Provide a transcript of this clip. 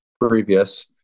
previous